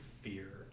fear